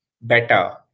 better